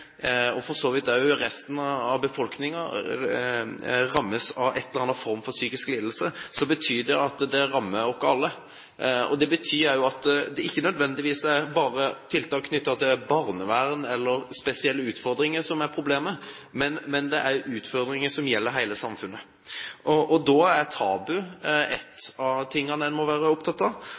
og for så vidt også resten av befolkningen – rammes av en eller annen form for psykisk lidelse, betyr det at det rammer oss alle. Og det er ikke nødvendigvis bare tiltak knyttet til barnevern eller spesielle utfordringer som er problemet, dette er utfordringer som gjelder hele samfunnet. Da er tabu noe av det en må være opptatt av.